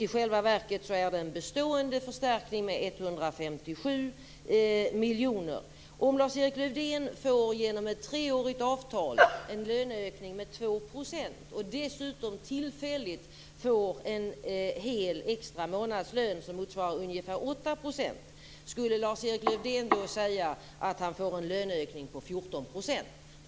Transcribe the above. I själva verket är det en bestående förstärkning med 157 miljoner. Om Lars-Erik Lövdén genom ett treårigt avtal får en löneökning med 2 % och dessutom tillfälligt får en hel extra månadslön som motsvarar ungefär 8 %, skulle Lars-Erik Lövdén då säga att han får en löneökning på 14 %?